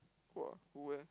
!woah! who eh